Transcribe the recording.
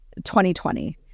2020